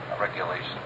regulations